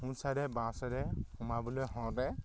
সোঁ ছাইডে বাওঁ ছাইডে সোমাবলৈ হওঁতে